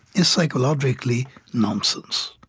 is psychologically nonsense.